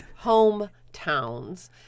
hometowns